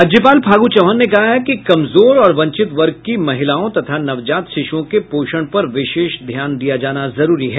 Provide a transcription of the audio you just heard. राज्यपाल फागू चौहान ने कहा है कि कमजोर और वंचित वर्ग की महिलाओं तथा नवजात शिशुओं के पोषण पर विशेष ध्यान दिया जाना जरूरी है